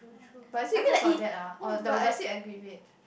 but is it cause of that lah or does does it aggravate